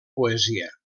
poesia